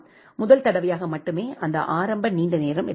முதல் தடவையாக மட்டுமே அந்த ஆரம்ப நீண்ட நேரம் எடுத்துள்ளது